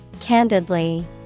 Candidly